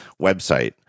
website